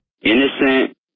innocent